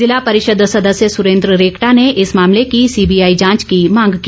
जिला परिषद सदस्य सुरेन्द्र रेकटा ने इस मामले की सीबीआई जाँच की मांग की